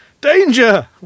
Danger